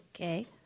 Okay